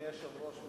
אדוני היושב-ראש,